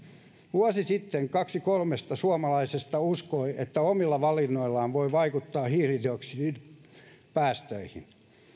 vuosi sitten kaksi kolmesta suomalaisesta uskoi että omilla valinnoillaan voi vaikuttaa hiilidioksidipäästöihin